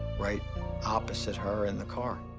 right opposite her in the car.